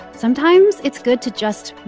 sometimes it's good to just